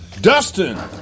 Dustin